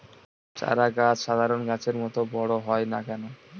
চারা গাছ সাধারণ গাছের মত বড় হয় না কেনো?